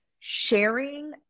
sharing